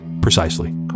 precisely